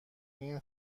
این